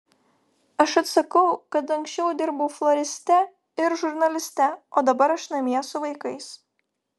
aš atsakau kad anksčiau dirbau floriste ir žurnaliste o dabar aš namie su vaikais